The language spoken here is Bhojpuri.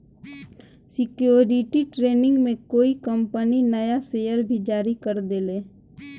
सिक्योरिटी ट्रेनिंग में कोई कंपनी नया शेयर भी जारी कर देले